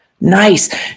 Nice